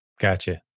Gotcha